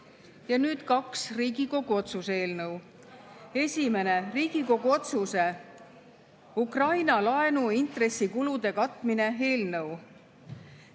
Ja nüüd kaks Riigikogu otsuse eelnõu. Esimeseks, Riigikogu otsuse "Ukraina laenu intressikulude katmine" eelnõu.